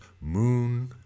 moon